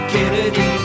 Kennedy